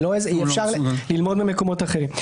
אפשר ללמוד ממקומות אחרים.